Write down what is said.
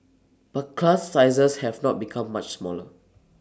but class sizes have not become much smaller